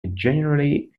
generally